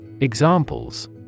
Examples